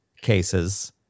cases